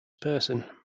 person